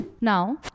Now